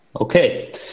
Okay